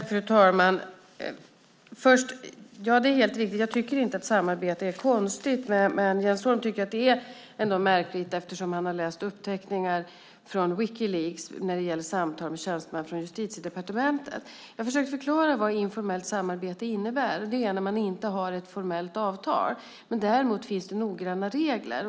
Fru talman! Ja, det är helt riktigt att jag inte tycker att samarbetet är konstigt, men Jens Holm tycker att det ändå är märkligt eftersom han har läst uppteckningar på Wikileaks från samtal med tjänstemän från Justitiedepartementet. Jag försökte förklara vad informellt samarbete innebär, att det är när man inte har ett formellt avtal. Däremot finns det noggranna regler.